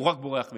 הוא רק בורח ממנה.